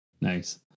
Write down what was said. nice